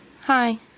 Hi